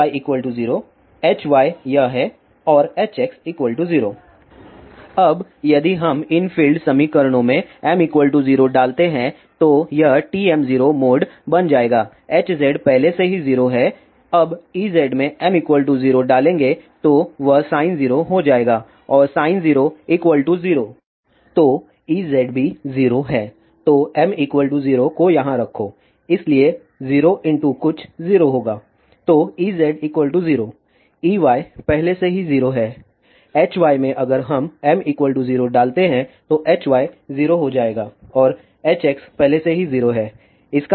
तो Ex यह है Ey 0 Hy यह है और Hx 0 अब यदि हम इन फील्ड समीकरणों में m 0 डालते हैं तो यह TM0 मोड बन जाएगा Hz पहले से ही 0 है अब Ez में m 0 डालेंगे तो वह sin 0 हो जाएगा और sin 0 0 तो Ez भी 0 है तो m 0 को यहाँ रखो इसलिए 0 कुछ 0 होगा तो Ex 0 Ey पहले से ही 0 है Hy में अगर हम m 0 डालते हैं तो Hy 0 हो जाएगा और Hx पहले से ही 0 है